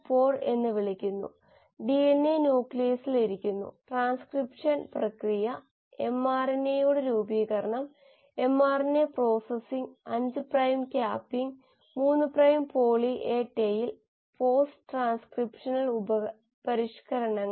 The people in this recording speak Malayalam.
ഒടുവിൽ ബയോറിയാക്ടറിന്റെ കോശ കാഴ്ചയിലേക്ക് നമ്മൾ നോക്കി കാരണം കോശങ്ങൾ ഉൽപ്പന്നം നിർമ്മിക്കുന്ന യഥാർത്ഥ വ്യവസായ ശാലകളാണ്